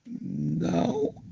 No